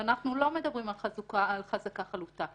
ואנחנו לא מדברים על חזקה חלוטה.